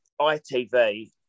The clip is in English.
ITV